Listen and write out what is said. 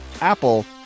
Apple